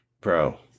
Bro